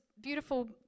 beautiful